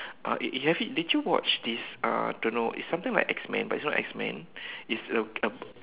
uh have you did you watch this uh I don't know is something like X man but not X man it's a a